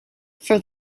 for